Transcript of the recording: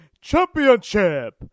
Championship